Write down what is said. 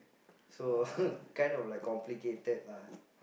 so kind of like complicated lah